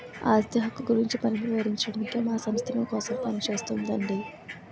ఆస్తి హక్కు గురించి మరింత వివరించడానికే మా సంస్థ మీకోసం పనిచేస్తోందండి